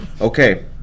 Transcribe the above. Okay